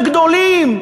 הגדולים,